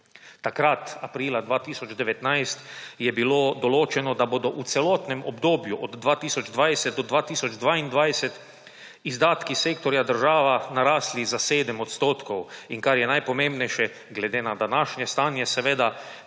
Takrat, aprila 2019, je bilo določeno, da bodo v celotnem obdobju od 2020 do 2022 izdatki sektorja država narasli za 7 %. In kar je najpomembnejše, glede na današnje stanje seveda,